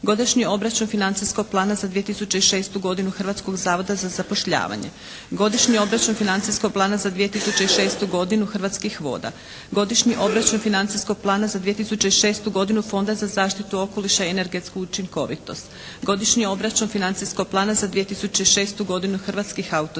Godišnji obračun financijskog plana za 2006. godinu Hrvatskog zavoda za zapošljavanje, Godišnji obračun financijskog plana za 2006. godinu Hrvatskih voda, Godišnji obračun financijskog plana za 2006. godinu Fonda za zaštitu okoliša i energetsku učinkovitost, Godišnji obračun financijskog plana za 2006. godinu Hrvatskih